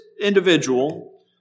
individual